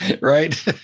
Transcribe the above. right